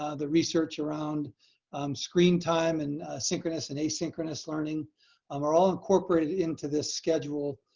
ah the research around screen time and synchronous and asynchronous learning um are all incorporated into this schedule,